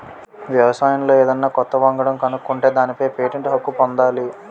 వ్యవసాయంలో ఏదన్నా కొత్త వంగడం కనుక్కుంటే దానిపై పేటెంట్ హక్కు పొందాలి